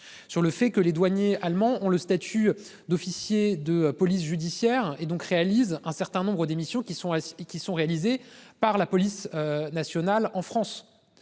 sur le fait que les douaniers allemands ont le statut d'officier de police judiciaire et donc réalise un certains nombres d'émissions qui sont qui sont réalisés par la police nationale en France.